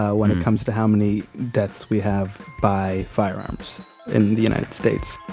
ah when it comes to how many deaths we have by firearms in the united states